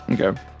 Okay